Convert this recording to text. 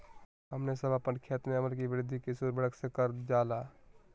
हमने सब अपन खेत में अम्ल कि वृद्धि किस उर्वरक से करलजाला?